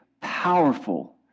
powerful